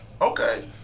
Okay